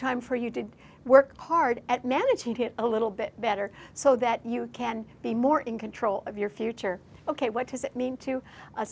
time for you to work hard at managing it a little bit better so that you can be more in control of your future ok what does it mean to a